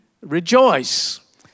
Rejoice